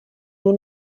nur